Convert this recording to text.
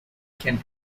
can